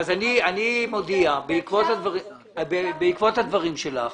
אני מודיע, בעקבות הדברים שלך,